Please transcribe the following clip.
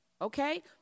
Okay